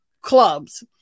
clubs